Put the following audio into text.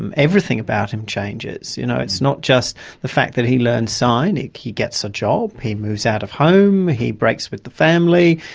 and everything about him changes. you know it's not just the fact that he learns signing, he gets a job, he moves out of home, he breaks with the family.